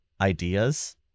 ideas